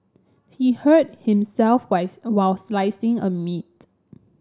he hurt himself while slicing the meat